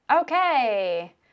Okay